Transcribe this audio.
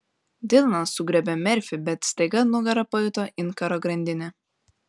dilanas sugriebė merfį bet staiga nugara pajuto inkaro grandinę